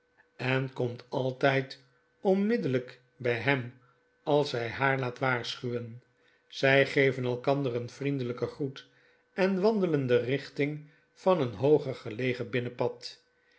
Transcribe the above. en komt altyd onmiddellyk by hem als hij haar laat waarschuwen zy geven elkander een vriendelyken groet en wandelen de richting van een hooger gelegen